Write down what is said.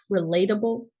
relatable